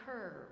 curve